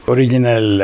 Original